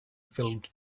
filled